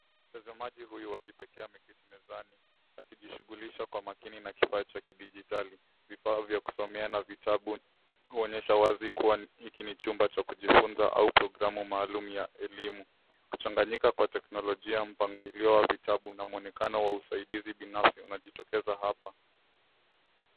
Mtazamaji huyu wa kipekee amekiti mezani akijishughulisha kwa makini na kifaa cha kidijitali. Vifaa vya kusomea na vitabu huonyesha wazi kuwa hiki ni chumba cha kujifunza au programu maalum ya elimu. Kuchanganyika kwa teknolojia, mpangilio wa vitabu na muonekano wa usaidizi binafsi unajitokeza hapa.